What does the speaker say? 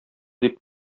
дип